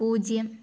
പൂജ്യം